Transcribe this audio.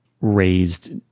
raised